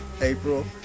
April